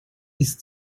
ist